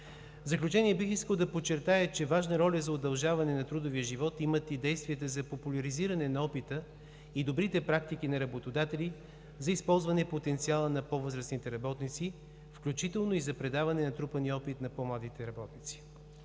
В заключение, бих искал да подчертая, че важна роля за удължаване на трудовия живот имат и действията за популяризиране на опита и добрите практики на работодатели за използване потенциала на по-възрастните работници, включително и за предаване на натрупания опит на по-младите работници.